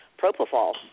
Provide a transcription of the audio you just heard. propofol